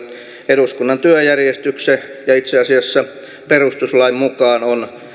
eduskunnan työjärjestyksen ja itse asiassa perustuslain mukaan on